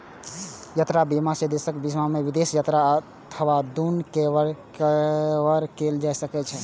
यात्रा बीमा मे देशक भीतर या विदेश यात्रा अथवा दूनू कें कवर कैल जा सकै छै